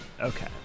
Okay